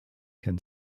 can